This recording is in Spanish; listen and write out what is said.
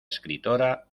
escritora